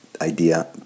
idea